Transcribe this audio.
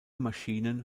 maschinen